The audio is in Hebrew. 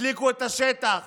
הדליקו את השטח,